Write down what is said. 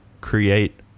create